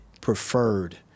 preferred